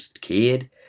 kid